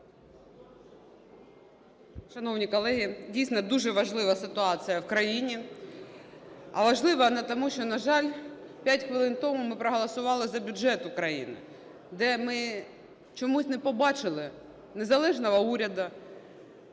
Шановні колеги, дійсно, дуже важлива ситуація в країні. А важлива вона, тому що, на жаль, п'ять хвилин тому ми проголосували за бюджет України, де ми чомусь не побачили незалежного уряду,